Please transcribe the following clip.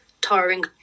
tiring